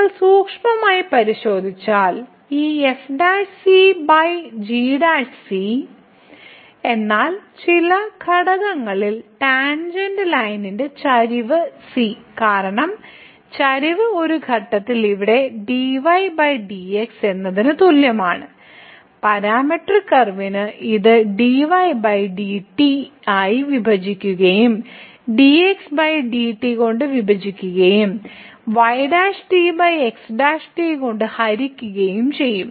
നിങ്ങൾ സൂക്ഷ്മമായി പരിശോധിച്ചാൽ ഈ f g എന്നാൽ ചില ഘട്ടങ്ങളിൽ ടാൻജെന്റ് ലൈനിന്റെ ചരിവ് c കാരണം ചരിവ് ഒരു ഘട്ടത്തിൽ ഇവിടെ dy dx എന്നതിന് തുല്യമാണ് പാരാമെട്രിക് കർവിന് ഇത് dy dt ആയി വിഭജിക്കുകയും dx dt കൊണ്ട് വിഭജിക്കുകയും y x കൊണ്ട് ഹരിക്കുകയും ചെയ്യും